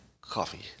coffee